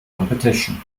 competition